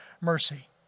mercy